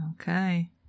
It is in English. Okay